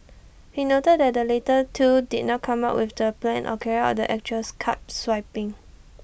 he noted that the latter two did not come up with the plan or carry out the actual card swapping